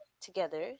together